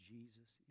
Jesus